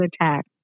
attack